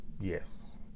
Yes